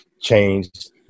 changed